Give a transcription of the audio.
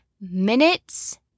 minutes